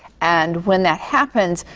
and when that happens,